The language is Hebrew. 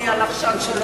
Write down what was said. נהיה לחשן,